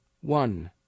One